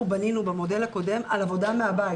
בנינו על עבודה מהבית,